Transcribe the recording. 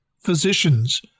physicians